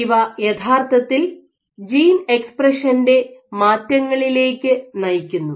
ഇവ യഥാർത്ഥത്തിൽ ജീൻ എക്സ്പ്രഷൻ്റെ മാറ്റങ്ങളിലേക്ക് നയിക്കുന്നു